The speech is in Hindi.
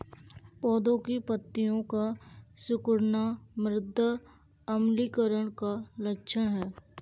पौधों की पत्तियों का सिकुड़ना मृदा अम्लीकरण का लक्षण है